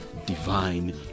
divine